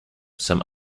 some